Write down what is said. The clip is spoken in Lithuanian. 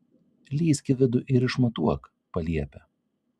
lįsk į vidų ir išmatuok paliepia